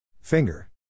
Finger